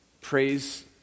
Praise